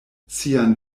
sian